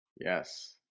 yes